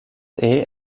est